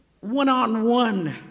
one-on-one